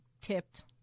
tipped